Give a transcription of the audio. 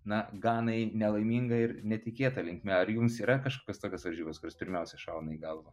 na ganai nelaiminga ir netikėta linkme ar jums yra kažkokios tokios varžybos kurios pirmiausia šauna į galvą